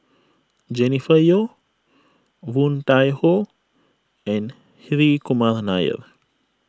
Jennifer Yeo Woon Tai Ho and Hri Kumar Nair